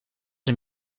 een